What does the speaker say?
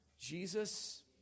Jesus